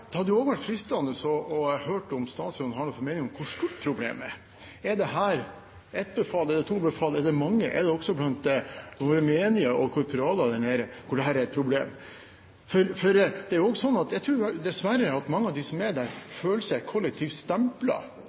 Det hadde også vært fristende å høre om statsråden har noen formening om hvor stort problemet er. Er dette ett befal, er det to befal, eller er det mange? Er dette også et problem blant våre menige og korporaler? Jeg tror dessverre at mange av dem som er der, føler seg kollektivt stemplet av det angrepet som er framsatt fra forsvarsministerens og forsvarssjefens side, og jeg